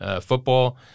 football